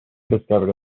discovered